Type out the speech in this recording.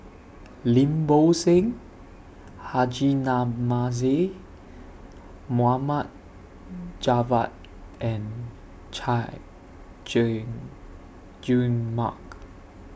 Lim Bo Seng Haji Namazie Mohd Javad and Chay Jung Jun Mark